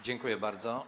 Dziękuję bardzo.